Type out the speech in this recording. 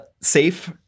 safe